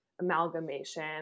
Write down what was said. Amalgamation